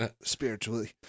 spiritually